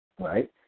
Right